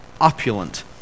opulent